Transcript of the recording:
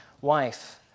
wife